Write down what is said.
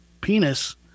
penis